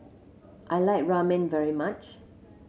I like Ramen very much